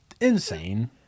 Insane